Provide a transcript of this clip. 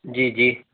जी जी